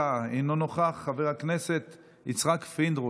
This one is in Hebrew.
דבי ביטון, אינה נוכחת, חבר הכנסת חמד עמאר,